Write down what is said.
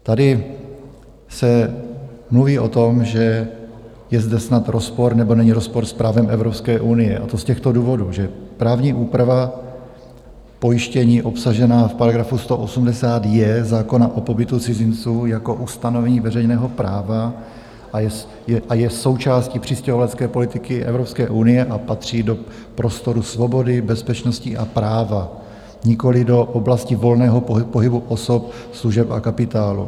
Tady se mluví o tom, že je zde snad rozpor nebo není rozpor s právem Evropské unie, a to z těchto důvodů, že právní úprava pojištění obsažená v § 180j zákona o pobytu cizinců jako ustanovení veřejného práva je součástí přistěhovalecké politiky Evropské unie a patří do prostoru svobody, bezpečnosti a práva, nikoliv do oblasti volného pohybu osob, služeb a kapitálu.